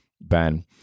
Ben